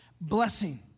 Blessing